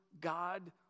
God